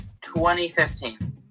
2015